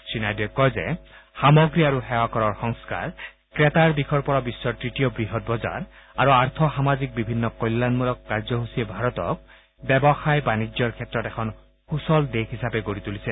শ্ৰীনাইডুৱে কয় যে সামগ্ৰী আৰু সেৱাকৰৰ সংস্কাৰ ক্ৰেতাৰ দিশৰ পৰা বিশ্বত তৃতীয় বৃহৎ বজাৰ আৰু আৰ্থ সামাজিক বিভিন্ন কল্যাণমূলক কাৰ্যসূচীয়ে ভাৰতক ব্যৱসায় বাণিজ্যৰ ক্ষেত্ৰত এখন সূচল দেশ হিচাপে গঢ়ি তুলিছে